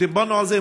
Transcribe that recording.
דיברנו על זה.